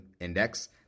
Index